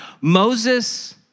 Moses